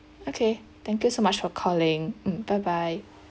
okay thank you so much for calling mm bye bye